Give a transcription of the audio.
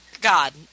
god